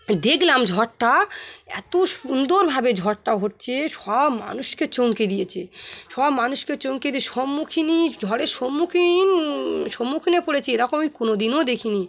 দেখলাম ঝড়টা এত সুন্দরভাবে ঝড়টা হচ্ছে সব মানুষকে চমকে দিয়েছে সব মানুষকে চমকে দিয়ে সম্মুখীনই ঝড়ের সম্মুখীন সম্মুখীনে পড়েছি এরকম আমি কোনো দিনও দেখিনি